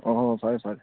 ꯑꯣ ꯐꯔꯦ ꯐꯔꯦ